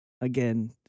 Again